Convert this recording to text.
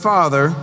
Father